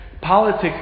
Politics